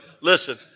listen